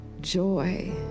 Joy